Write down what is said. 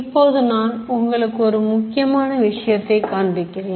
இப்போது நான் உங்களுக்கு ஒரு முக்கியமான விஷயத்தை காண்பிக்கிறேன்